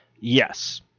Yes